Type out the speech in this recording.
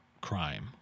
crime